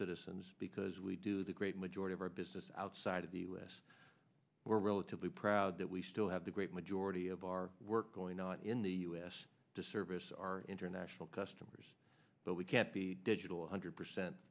citizens because we do the great majority of our business outside of the u s we're relatively proud that we still have the great majority of our work going on in the u s to service our international customers but we can't be digital a hundred percent